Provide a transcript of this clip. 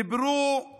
דיברו על